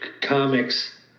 comics